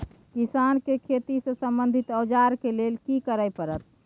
किसान के खेती से संबंधित औजार के लेल की करय परत?